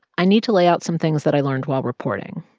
i need to lay out some things that i learned while reporting.